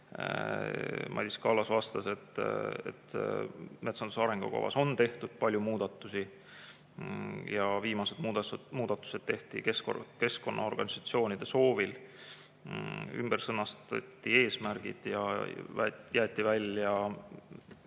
Madis Kallas vastas, et metsanduse arengukavas on tehtud palju muudatusi ja viimased muudatused tehti keskkonnaorganisatsioonide soovil. Ümber sõnastati eesmärgid ja jäeti välja